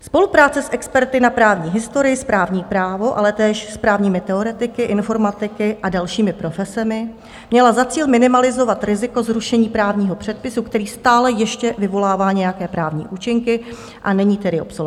Spolupráce s experty na právní historii, správní právo, ale též s právními teoretiky, informatiky a dalšími profesemi měla za cíl minimalizovat riziko zrušení právního předpisu, který stále ještě vyvolává nějaké právní účinky, a není tedy obsoletní.